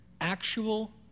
actual